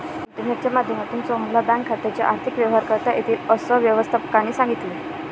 इंटरनेटच्या माध्यमातूनही सोहनला बँक खात्याचे आर्थिक व्यवहार करता येतील, असं व्यवस्थापकाने सांगितले